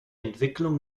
entwicklung